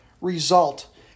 result